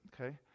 okay